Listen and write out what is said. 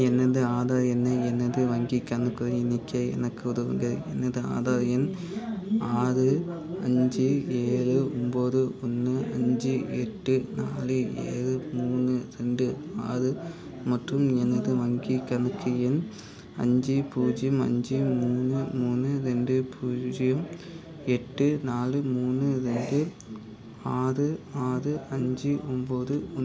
எனது ஆதார் எண்ணை எனது வங்கிக் கணக்கை இணைக்க எனக்கு உதவுங்கள் எனது ஆதார் எண் ஆறு அஞ்சு ஏழு ஒம்பது ஒன்று அஞ்சு எட்டு நாலு ஏழு மூணு ரெண்டு ஆறு மற்றும் எனது வங்கி கணக்கு எண் அஞ்சு பூஜ்ஜியம் அஞ்சு மூணு மூணு ரெண்டு பூஜ்ஜியம் எட்டு நாலு மூணு ரெண்டு ஆறு ஆறு அஞ்சு ஒம்பது ஒன்று